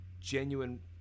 genuine